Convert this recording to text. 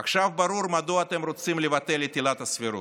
עכשיו, ברור מדוע אתם רוצים לבטל את עילת הסבירות,